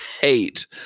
hate